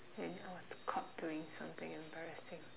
when I was caught doing something embarrassing